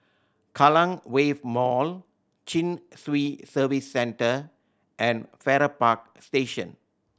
Kallang Wave Mall Chin Swee Service Centre and Farrer Park Station